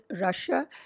Russia